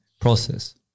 process